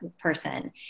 person